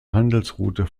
handelsroute